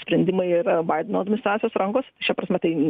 sprendimai yra baideno administracijos rankose šia prasme tai